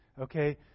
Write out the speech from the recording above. Okay